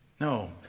No